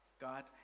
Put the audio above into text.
God